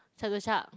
Chatuchak